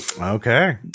okay